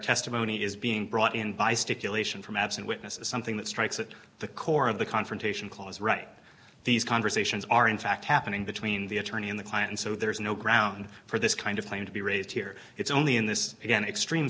testimony is being brought in by stipulation from absent witnesses something that strikes at the core of the confrontation clause right these conversations are in fact happening between the attorney and the client and so there is no ground for this kind of thing to be raised here it's only in this again extreme